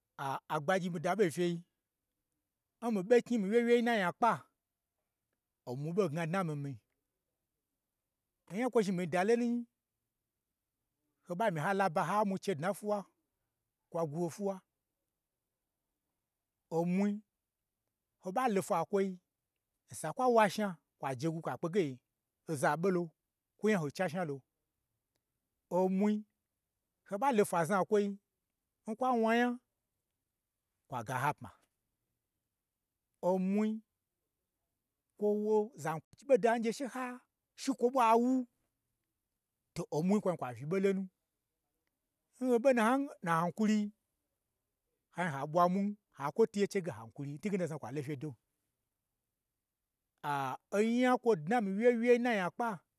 A agbagyi mii daɓon fyei, n mii ɓo knyi n mii wyewyei n na nya kpa, onwu ɓo gna dna n mii mi-i, onya n kwo zhni mii da lonu nyi ho ɓa myi ha laba na mwu chedna n fwuwa, kwa gwu ho fwuwa, omwui, ho ɓa lofwa n kwoi, sa n kwa washna kwaje gwu, ka kpege oza ɓolo, kwo nyaho chashna lo, omwui, ho ɓa lo fwazna n kwoi, n kwa wna nya kwa ga hapma, omwui, kwo wo zan kwochi ɓoda n gye sheha shi kwoɓwa nwu, to omwui, koin, kwa uyi ɓo lonu, n ho ɓo nnan na hankuri yi, hai ha ɓwa mwui ta kwo twuye che ge hankuri n twuge na, o zha kwa lo fye do, aa onya n kwo dnan mii loyewyei nna nyakpa.